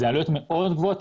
אלה עלויות מאוד גבוהות,